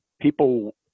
people